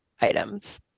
items